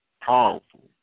powerful